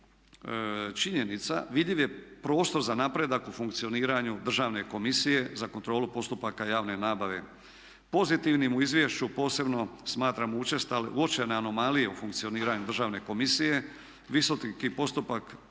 činjenica vidljiv je prostor za napredak u funkcioniranju Državne komisije za kontrolu postupaka javne nabave. Pozitivnim u izvješću posebno smatramo uočene anomalije u funkcioniranju Državne komisije, visoki postotak